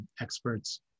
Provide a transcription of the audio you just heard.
experts